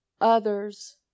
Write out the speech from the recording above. others